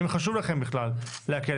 האם חשוב לכם בכלל להקל?